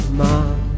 mom